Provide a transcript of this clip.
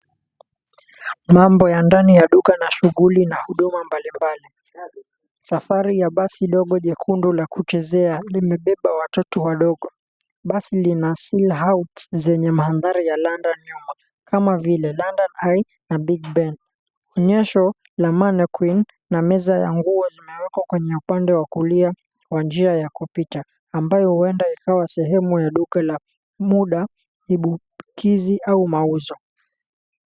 Mambo ya ndani ya duka na shughuli na huduma mbalimbali. Safari ya basi dogo jekundu la kuchezea limebeba watoto wadogo, basi lina silhouettes zenye mandhari ya London nyuma, kama vile, London Eye na Big Ben. Onyesho la mannequin na meza ya nguo zimewekwa kwenye upande wa kulia wa njia ya kupita ambayo huenda ikawa sehemu ya duka la muda, kibukizi au mauzo.